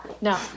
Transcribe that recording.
no